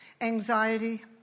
anxiety